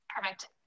Perfect